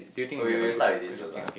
okay okay we start with this first lah